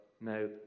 No